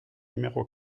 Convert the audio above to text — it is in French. numéro